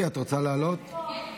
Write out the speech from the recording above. אני פה.